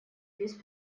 без